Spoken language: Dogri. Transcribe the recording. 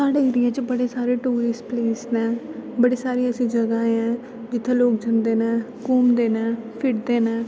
साढ़े ऐरिये च बडे़ सारे टूरिस्ट प्लेस ना बडियां सारियां ऐसियां जगह न जित्थै लोक जंदे न घूमदे न फिरदे न